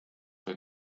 või